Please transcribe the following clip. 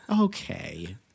okay